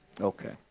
okay